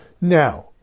Now